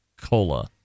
cola